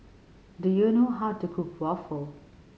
do you know how to cook waffle